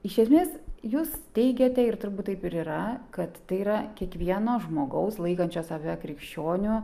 iš esmės jūs teigiate ir turbūt taip ir yra kad tai yra kiekvieno žmogaus laikančio save krikščioniu